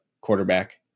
quarterback